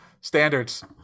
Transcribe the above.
standards